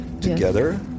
together